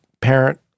parent